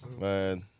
Man